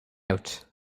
out